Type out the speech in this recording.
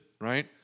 right